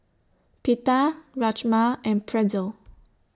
Pita Rajma and Pretzel